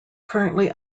currently